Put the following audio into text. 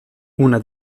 una